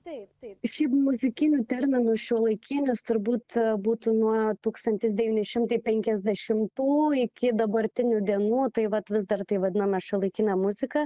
taip taip šiaip muzikiniu terminu šiuolaikinis turbūt būtų nuo tūkstantis devyni šimtai penkiasdešimtų iki dabartinių dienų tai vat vis dar tai vadiname šiuolaikine muzika